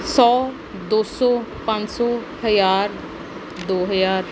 ਸੌ ਦੋ ਸੌ ਪੰਜ ਸੌ ਹਜਾਰ ਦੋ ਹਜਾਰ